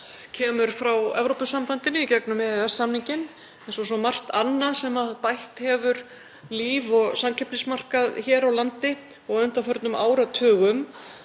kemur frá Evrópusambandinu í gegnum EES-samninginn eins og svo margt annað sem bætt hefur líf og samkeppnismarkað hér á landi á undanförnum áratugum.